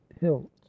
hilt